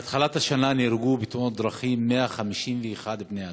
מהתחלת השנה נהרגו בתאונות דרכים 151 בני-אדם,